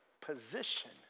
position